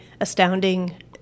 astounding